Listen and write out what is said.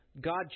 God